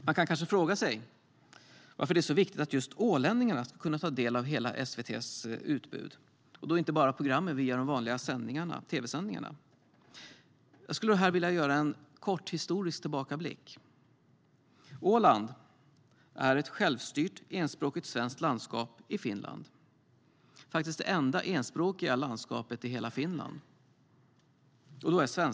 Man kan kanske fråga sig varför det är så viktigt att just ålänningarna ska kunna ta del av hela SVT:s utbud och inte bara de vanliga tv-sändningarna. Jag skulle vilja ge en kort historisk tillbakablick. Åland är ett självstyrt enspråkigt svenskt landskap i Finland, faktiskt det enda enspråkiga landskapet i hela Finland.